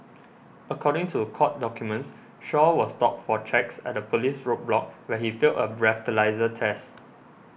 according to court documents Shaw was stopped for checks at a police roadblock where he failed a breathalyser test